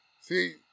See